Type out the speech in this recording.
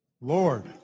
Lord